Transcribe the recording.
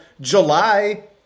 July –